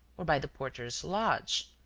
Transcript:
or by the porter's lodge.